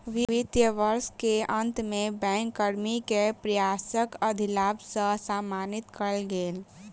वित्तीय वर्ष के अंत में बैंक कर्मी के प्रयासक अधिलाभ सॅ सम्मानित कएल गेल